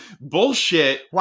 bullshit